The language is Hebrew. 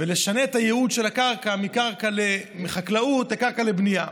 ולשנות את הייעוד של הקרקע מקרקע לחקלאות לקרקע לבנייה,